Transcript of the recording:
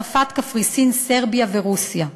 צרפת, קפריסין, סרביה ורוסיה.